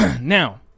Now